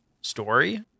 story